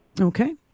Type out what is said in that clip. Okay